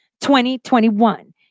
2021